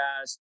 guys